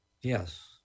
Yes